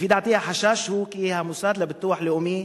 לפי דעתי החשש הוא כי המוסד לביטוח לאומי